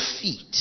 feet